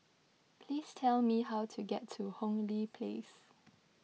please tell me how to get to Hong Lee Place